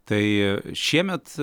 tai šiemet